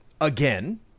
Again